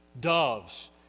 doves